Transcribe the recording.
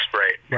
right